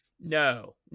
No